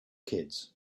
kids